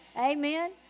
Amen